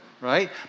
right